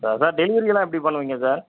ஆ sir டெலிவரியெல்லாம் எப்படி பண்ணுவீங்க சார்